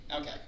Okay